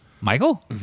Michael